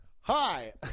Hi